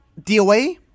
DOA